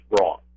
wrong